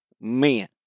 men